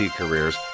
careers